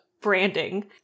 branding